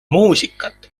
muusikat